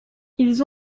ils